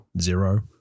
zero